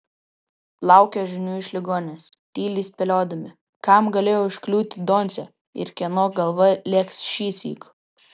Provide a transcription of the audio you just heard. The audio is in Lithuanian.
laukė žinių iš ligoninės tyliai spėliodami kam galėjo užkliūti doncė ir kieno galva lėks šįsyk